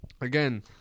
again